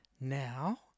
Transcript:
Now